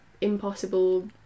impossible